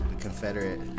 confederate